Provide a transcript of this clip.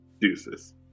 deuces